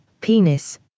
penis